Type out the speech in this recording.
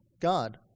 God